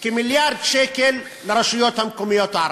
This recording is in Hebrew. כמיליארד שקל לרשויות המקומיות הערביות.